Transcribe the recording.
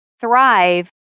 thrive